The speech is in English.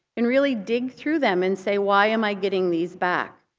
and really dig through them and say, why am i getting these back?